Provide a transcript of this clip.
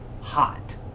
hot